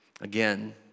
Again